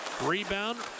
Rebound